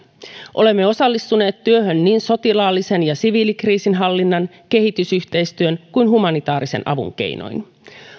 olemme osallistuneet työhön niin sotilaallisen ja siviilikriisinhallinnan kehitysyhteistyön kuin humanitaarisen avun keinoin